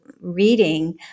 reading